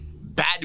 bad